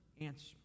answer